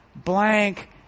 blank